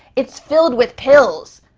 it's filled with pills.